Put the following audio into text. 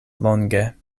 longe